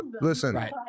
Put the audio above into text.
Listen